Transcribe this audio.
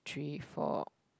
three four